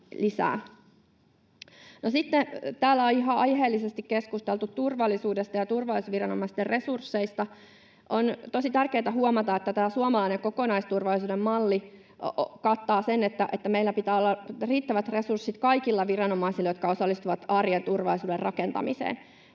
täällä on ihan aiheellisesti keskusteltu turvallisuudesta ja turvallisuusviranomaisten resursseista. On tosi tärkeätä huomata, että tämä suomalainen kokonaisturvallisuuden malli kattaa sen, että meillä pitää olla riittävät resurssit kaikilla viranomaisilla, jotka osallistuvat arjen turvallisuuden rakentamiseen.